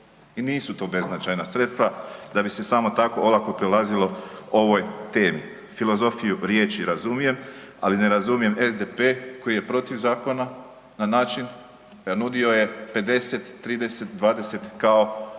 i nisu to beznačajna sredstva da bi se samo tako olako prelazilo ovoj temi, filozofiju riječi razumijem, ali ne razumijem SDP koji je protiv zakona na način da nudio je 50:30:20 kao